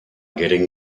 getting